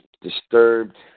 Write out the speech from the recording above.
disturbed